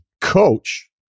coach